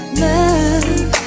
love